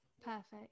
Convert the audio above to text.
perfect